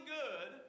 good